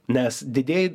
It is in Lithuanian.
nes didieji